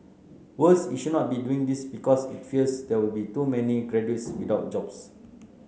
worse it should not be doing this because it fears there will be too many graduates without jobs